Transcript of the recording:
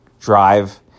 drive